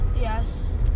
yes